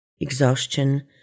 exhaustion